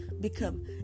become